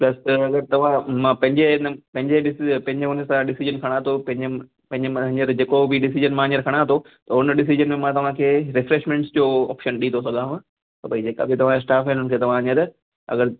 plus अगरि तव्हां मां पंहिंजे ए न पंहिंजे डिसी पंहिंजे हुन सां डिसीजन खणां थो पंहिंजे पंहिंजे मां हीअंर जेको बि डिसीजन हीअंर मां खणां थो त उन डिसीज़न में मां तव्हांखे रिफ़्रेशमेंट जो ऑप्शन ॾेई थो सघांव भई जेका बि तव्हां या स्टाफ़ आहिनि उन्हनि खे तव्हां हीअंर अगरि